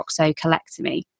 proxocolectomy